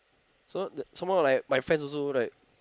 so some more like my friends also right